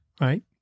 right